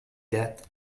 that